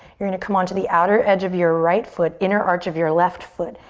you're gonna come onto the outer edge of your right foot. inner arch of your left foot.